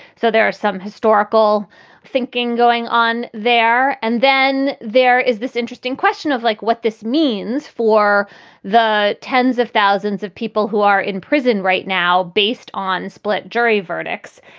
so there are some historical thinking going on there. and then there is this interesting question of like what this means for the tens of thousands of people who are in prison right now based on split jury verdicts.